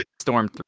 Storm